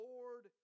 Lord